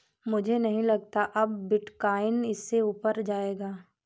मुझे नहीं लगता अब बिटकॉइन इससे ऊपर जायेगा